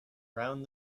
round